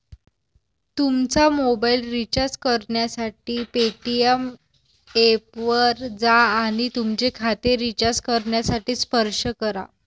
तुमचा mobile recharge करण्यासाठी Paytm ऐपवर जा आणि तुमचे खाते रिचार्ज करण्यासाठी स्पर्श करा